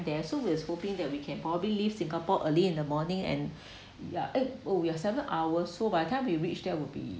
there so we're hoping that we can probably leave singapore early in the morning and yeah uh oh we're seven hours so by the time we reached there would be